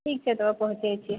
ठीक छै तऽ हमे पहुँचै छी